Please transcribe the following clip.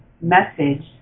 message